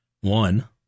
One